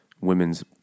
women's